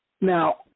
Now